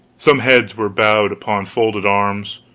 some heads were bowed upon folded arms,